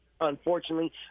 Unfortunately